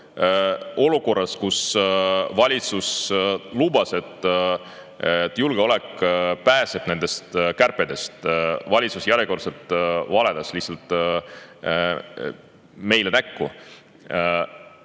Olukorras, kus valitsus lubas, et julgeolek pääseb kärbetest, valitsus järjekordselt lihtsalt valetas meile näkku.